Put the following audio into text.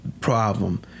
problem